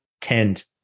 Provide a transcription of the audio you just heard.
tend